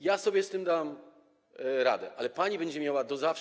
Ja sobie z tym dam radę, ale pani będzie miała zawsze.